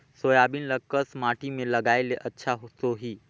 Soybean ल कस माटी मे लगाय ले अच्छा सोही?